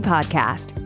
Podcast